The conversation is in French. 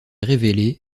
révélé